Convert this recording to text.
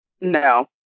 No